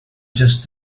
just